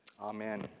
amen